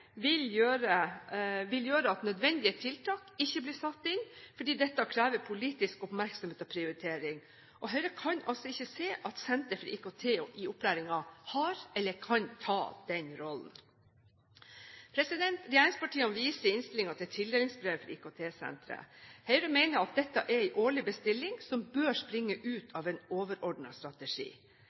vil gjøre at nødvendige tiltak ikke blir satt inn fordi dette krever politisk oppmerksomhet og prioritering. Høyre kan ikke se at Senter for IKT i utdanningen har eller kan ta denne rollen. Regjeringspartiene viser i innstillingen til tildelingsbrevet for IKT-senteret. Høyre mener dette er en årlig bestilling, som bør springe ut av en overordnet strategi.